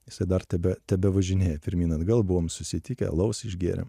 jisai dar tebe tebevažinėja pirmyn atgal buvom susitikę alaus išgėrėm